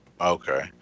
Okay